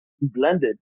blended